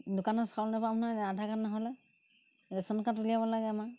দোকানত চাউল নেপাম নহয় আধাৰ কাৰ্ড নহ'লে ৰেচন কাৰ্ড উলিয়াব লাগে মই